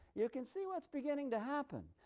you can see what's beginning to happen.